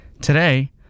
Today